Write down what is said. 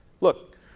Look